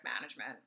management